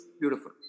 Beautiful